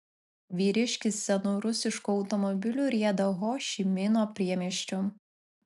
vyriškis senu rusišku automobiliu rieda ho ši mino priemiesčiu